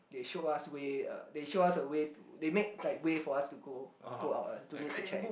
they show us way they show us a way to they make like way for us like to go go out ah don't need to check